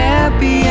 Happy